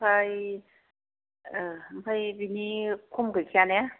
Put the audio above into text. आमफ्राय आमफ्राय बेनि खम गैखाया ने